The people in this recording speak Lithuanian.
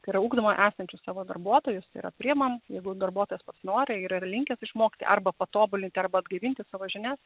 tai yra ugdome esančius savo darbuotojus tai yra priimam jeigu darbuotojas pats nori ir linkęs išmokti arba patobulinti arba atgaivinti savo žinias